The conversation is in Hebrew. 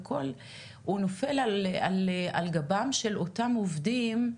הוא נופל על גבם של אותם עובדים.